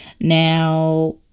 Now